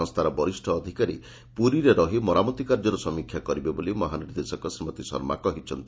ସଂସ୍ତାର ବରିଷ ଅଧିକାରୀ ପୁରୀରେ ରହି ମରାମତି କାର୍ଯ୍ୟର ସମୀକ୍ଷା କରିବେ ବୋଲି ମହାନିର୍ଦ୍ଦେଶକ ଶ୍ରୀମତୀ ଶର୍ମା କହିଛନ୍ତି